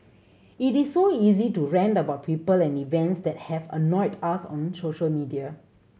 it is so easy to rant about people and events that have annoyed us on social media